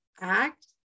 act